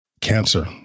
cancer